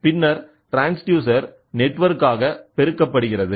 பின்னர் transducer network ஆக பெருக்கப்படுகிறது